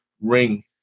ring